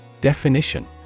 Definition